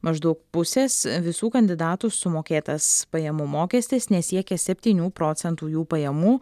maždaug pusės visų kandidatų sumokėtas pajamų mokestis nesiekia septynių procentų jų pajamų